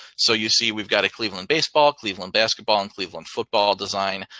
so you see, we've got to cleveland baseball, cleveland basketball, and cleveland football design.